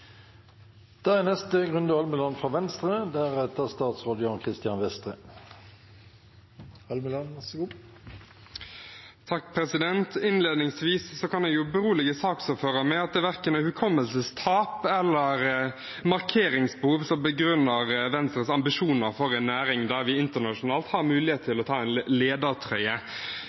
Innledningsvis kan jeg berolige saksordføreren med at det verken er hukommelsestap eller markeringsbehov som ligger bak Venstres ambisjoner for en næring der vi internasjonalt har mulighet til å ta en